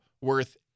worth